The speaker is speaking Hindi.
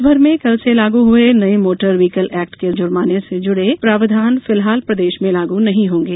यातायात देशभर में कल से लागू हुए नये मोटर व्हीकल एक्ट के जुर्माने से जुड़े प्रावधान फिलहाल प्रदेश में लागू नहीं होंगे